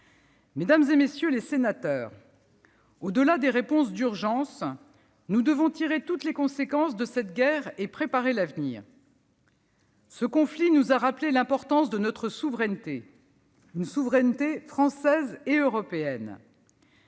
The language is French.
Mesdames, messieurs les sénateurs, au-delà des réponses d'urgence, nous devons tirer toutes les conséquences de cette guerre et préparer l'avenir. Ce conflit nous a rappelé l'importance de notre souveraineté française et européenne.